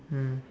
mm